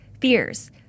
fears